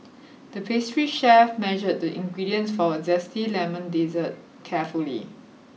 the pastry chef measured the ingredients for a zesty lemon dessert carefully